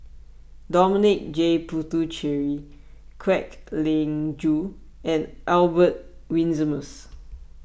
Dominic J Puthucheary Kwek Leng Joo and Albert Winsemius